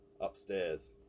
upstairs